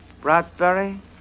Bradbury